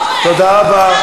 תודה רבה.